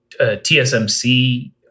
TSMC